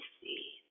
see